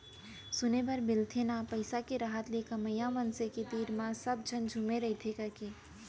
सुने बर मिलथे ना पइसा के रहत ले कमवइया मनसे के तीर म सब झन झुमे रइथें कइके